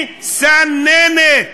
מסננת.